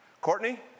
Courtney